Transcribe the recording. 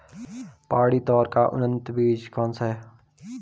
पहाड़ी तोर का उन्नत बीज कौन सा है?